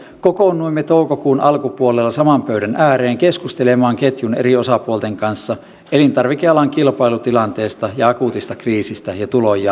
kokoonnuimme toukokuun alkupuolella saman pöydän ääreen keskustelemaan ketjun eri osapuolten kanssa elintarvikealan kilpailutilanteesta akuutista kriisistä ja tulonjaosta